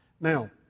Now